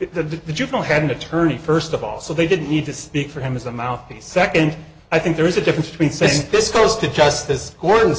if the juvenile had an attorney first of all so they didn't need to speak for him as a mouthpiece second i think there is a difference between saying this goes to justice or